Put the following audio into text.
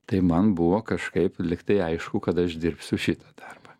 tai man buvo kažkaip lyg tai aišku kad aš dirbsiu šitą darbą